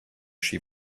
she